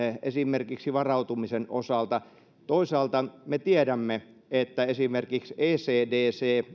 esimerkiksi varautumisen osalta toisaalta me tiedämme että esimerkiksi ecdc